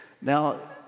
Now